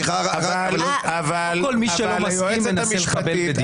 לא כל מי שלא מסכים מנסה לחבל בדיון.